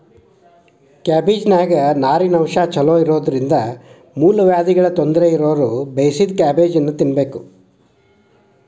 ಕ್ಯಾಬಿಜ್ನಾನ್ಯಾಗ ನಾರಿನಂಶ ಚೋಲೊಇರೋದ್ರಿಂದ ಮೂಲವ್ಯಾಧಿಗಳ ತೊಂದರೆ ಇರೋರು ಬೇಯಿಸಿದ ಕ್ಯಾಬೇಜನ್ನ ತಿನ್ಬೇಕು